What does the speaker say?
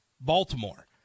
Baltimore